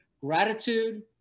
gratitude